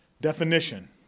definition